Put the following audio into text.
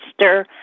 stir